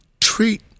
treat